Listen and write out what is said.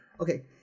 Okay